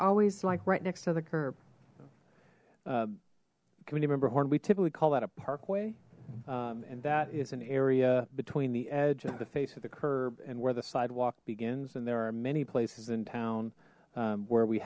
always like right next to the curb community member horn we typically call that a parkway and that is an area between the edge of the face of the curb and where the sidewalk begins and there are many places in town where we